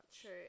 true